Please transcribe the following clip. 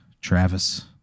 Travis